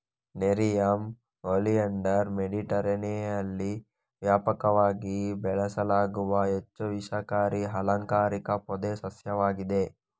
nerium oleander ಮೆಡಿಟರೇನಿಯನ್ನಲ್ಲಿ ವ್ಯಾಪಕವಾಗಿ ಬೆಳೆಸಲಾಗುವ ಹೆಚ್ಚು ವಿಷಕಾರಿ ಅಲಂಕಾರಿಕ ಪೊದೆ ಸಸ್ಯವಾಗಿದೆ